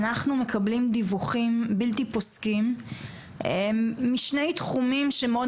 אנחנו מקבלים דיווחים בלתי פוסקים משני תחומים שמאוד